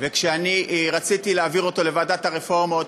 וכשאני רציתי להעביר אותו לוועדת הרפורמות,